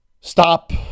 stop